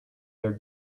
their